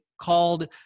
called